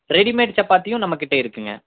readymade சப்பாத்தியும் நம்ம கிட்ட இருக்குங்க